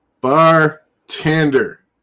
Bartender